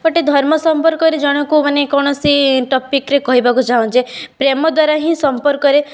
ଗୋଟେ ଧର୍ମ ସମ୍ପର୍କରେ ଜଣଙ୍କୁ ମାନେ କୌଣସି ଟପିକ୍ରେ କହିବାକୁ ଚାହୁଁଛି ପ୍ରେମ ଦ୍ୱାରା ସମ୍ପର୍କରେ